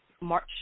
March